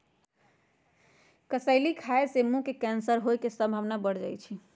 कसेली खाय से मुंह के कैंसर होय के संभावना बढ़ जाइ छइ